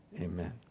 amen